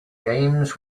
games